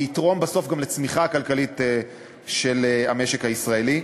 ויתרום בסוף גם לצמיחה הכלכלית של המשק הישראלי.